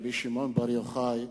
רבי שמעון בר יוחאי,